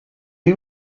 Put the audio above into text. you